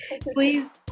Please